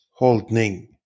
holdning